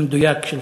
המדויק שלך.